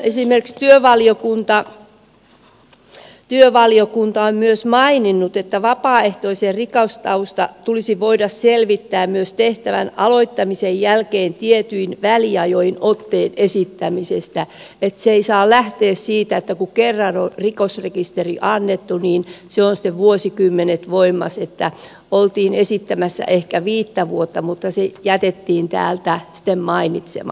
esimerkiksi työvaliokunta on myös maininnut että vapaaehtoisen rikostausta tulisi voida selvittää myös tehtävän aloittamisen jälkeen tietyin väliajoin otteen esittämisestä ja että se ei saa lähteä siitä että kun kerran on rikosrekisteri annettu niin se on sitten vuosikymmenet voimassa oltiin esittämässä ehkä viittä vuotta mutta se jätettiin sitten mainitsematta